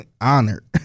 Honored